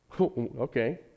Okay